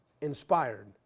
inspired